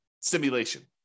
simulation